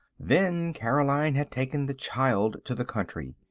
then caroline had taken the child to the country.